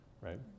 right